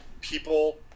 people